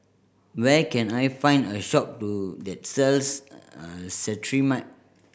where can I find a shop to that sells Cetrimide